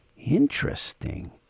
Interesting